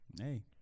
Hey